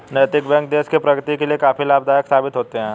नैतिक बैंक देश की प्रगति के लिए काफी लाभदायक साबित होते हैं